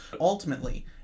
Ultimately